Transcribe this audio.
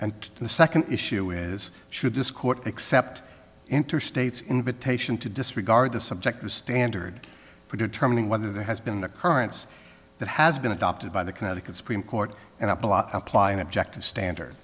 and the second issue is should this court accept interstates invitation to disregard the subjective standard for determining whether there has been occurrence that has been adopted by the connecticut supreme court and up a lot apply an objective standard